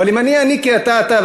אבל אם אני כי אתה אתה,